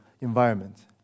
environment